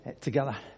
together